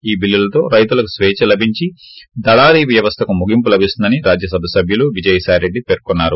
ఈ బిల్లులతో రైతులకు స్వేచ్ఛ లభించి దళారీ వ్యవస్లకు మొగింపు లభిస్తుందని రాజ్యసభ సభ్యులు విజయసాయి రెడ్డి పేర్కొన్నారు